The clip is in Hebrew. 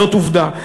זו עובדה.